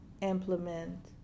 implement